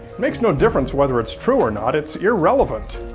makes no difference whether it's true or not, it's irrelevant.